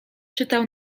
czytał